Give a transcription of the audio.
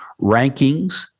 rankings